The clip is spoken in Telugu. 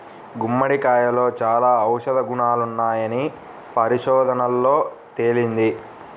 గుమ్మడికాయలో చాలా ఔషధ గుణాలున్నాయని పరిశోధనల్లో తేలింది